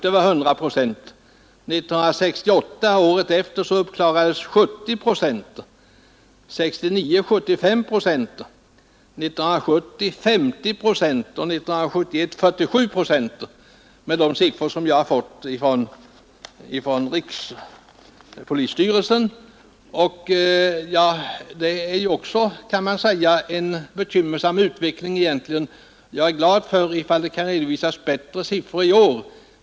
Året efter, alltså 1968, klarades 70 procent upp, 1969 75 procent, 1970 50 procent och 1971 47 procent, enligt de siffror som jag har fått från rikspolisstyrelsen. Här är det alltså också en bekymmersam utveckling. Jag är glad om bättre siffror kan redovisas i år.